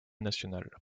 nationale